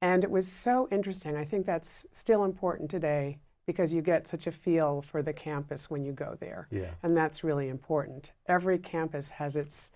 and it was so interesting i think that's still important today because you get such a feel for the campus when you go there yeah and that's really important every campus has its